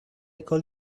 call